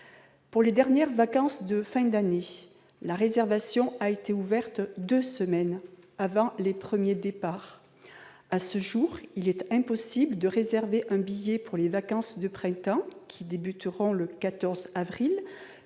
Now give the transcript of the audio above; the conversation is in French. Pour les dernières vacances de fin d'année, la réservation a été ouverte deux semaines avant les premiers départs. À ce jour, il est impossible de réserver un billet pour les vacances de printemps, qui débuteront le 14 avril,